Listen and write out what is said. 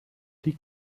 die